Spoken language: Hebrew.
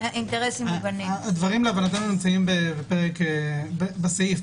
הדברים להבנתנו נמצאים בסעיף.